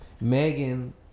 Megan